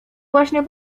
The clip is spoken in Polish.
właśnie